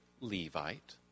Levite